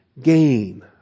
gain